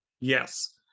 Yes